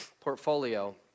portfolio